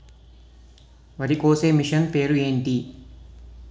వరి కోసే మిషన్ పేరు ఏంటి